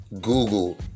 Google